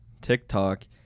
TikTok